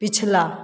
पिछला